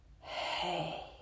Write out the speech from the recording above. hey